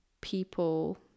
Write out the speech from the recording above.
people